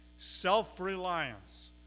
self-reliance